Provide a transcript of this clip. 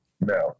No